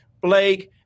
Blake